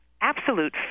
absolute